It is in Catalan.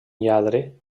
lladre